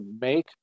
make